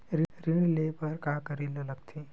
ऋण ले बर का करे ला लगथे?